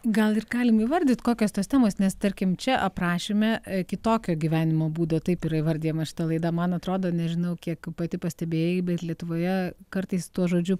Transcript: gal ir galim įvardyt kokios tos temos nes tarkim čia aprašyme kitokio gyvenimo būdo taip yra įvardijama šita laida man atrodo nežinau kiek pati pastebėjai bet lietuvoje kartais tuo žodžiu